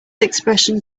expression